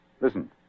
Listen